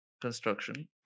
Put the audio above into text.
construction